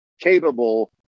capable